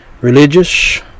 religious